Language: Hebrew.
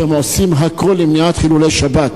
שהם עושים הכול למניעת חילולי שבת.